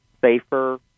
safer